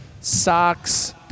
socks